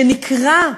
שנקרע,